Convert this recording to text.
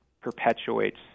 perpetuates